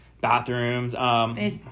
bathrooms